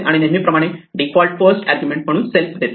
आणि नेहमीप्रमाणे आपण डिफॉल्ट फर्स्ट आर्ग्युमेंट म्हणून सेल्फ देतो